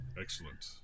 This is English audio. Excellent